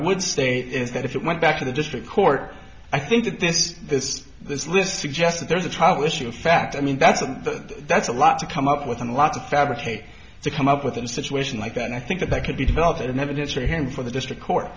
would say is that if it went back to the district court i think that this this this list suggests that there is a trial issue of fact i mean that's a that's a lot to come up with a lot to fabricate to come up with the situation like that i think that that could be developed and evidence for him for the district court